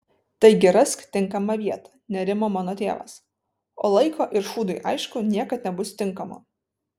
taigi rask tinkamą vietą nerimo mano tėvas o laiko ir šūdui aišku niekad nebus tinkamo